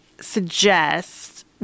suggest